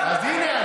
אז הינה,